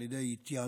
על ידי התייעלות,